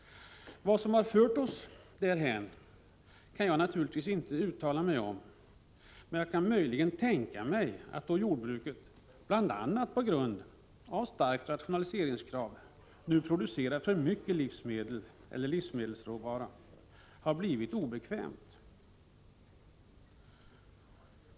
Vad som fört oss därhän kan jag naturligtvis inte uttala mig om, men jag kan möjligen tänka mig att då jordbruket, bl.a. på grund av starka rationaliseringskrav, nu producerar för mycket livsmedel eller livsmedelsråvara, har näringen blivit obekväm.